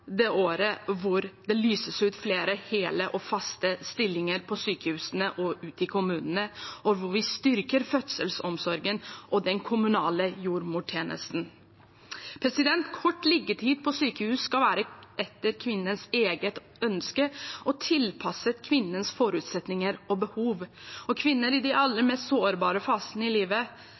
det året da det ble lyst ut flere hele og faste stillinger på sykehusene og ute i kommunene, og vi styrket fødselsomsorgen og den kommunale jordmortjenesten. Kort liggetid på sykehus skal være etter kvinnens eget ønske og tilpasset kvinnens forutsetninger og behov. Kvinner i de aller mest sårbare fasene i livet,